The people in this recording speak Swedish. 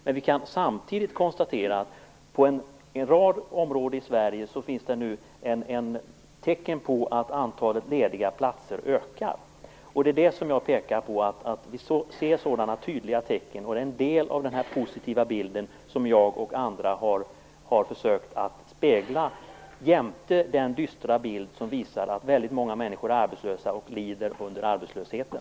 Men vi kan samtidigt konstatera att det på en rad områden i Sverige nu finns tecken på att antalet lediga platser ökar. Det är det jag pekar på. Vi ser sådana tydliga tecken. Det är en del av den positiva bild som jag och andra har försökt att spegla jämte den dystra bild som visar att väldigt många människor är arbetslösa och lider under arbetslösheten.